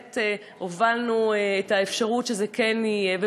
הובלנו את האפשרות שזה כן יהיה.